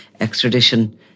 extradition